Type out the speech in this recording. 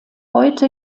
heute